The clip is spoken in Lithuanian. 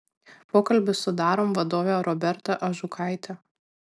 pokalbis su darom vadove roberta ažukaite